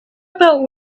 about